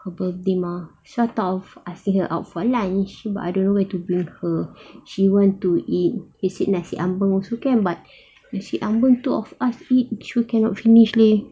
her birthday mah so I thought of I bring her out for lunch but I don't know where to bring her she went to eat nasi ambeng also can but nasi ambeng two of us eat sure cannot finish leh